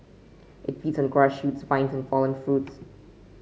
it feeds on grass shoots vines and fallen fruits